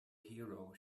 hero